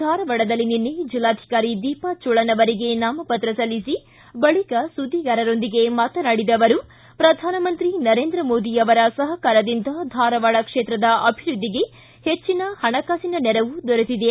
ಧಾರವಾಡದಲ್ಲಿ ನಿನ್ನೆ ಜಿಲ್ಲಾಧಿಕಾರಿ ದೀಪಾ ಜೋಳನ್ ಅವರಿಗೆ ನಾಮಪತ್ರ ಸಲ್ಲಿಸಿ ಬಳಿಕ ಸುದ್ದಿಗಾರರೊಂದಿಗೆ ಮಾತನಾಡಿದ ಅವರು ಪ್ರಧಾನಮಂತ್ರಿ ನರೇಂದ್ರ ಮೋದಿಯವರ ಸಹಕಾರದಿಂದ ಧಾರವಾಡ ಕ್ಷೇತ್ರದ ಅಭಿವೃದ್ಧಿಗೆ ಹೆಚ್ಚಿನ ಹಣಕಾಸಿನ ನೆರವು ದೊರೆತಿದೆ